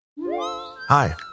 Hi